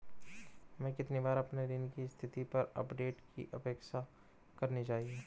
हमें कितनी बार अपने ऋण की स्थिति पर अपडेट की अपेक्षा करनी चाहिए?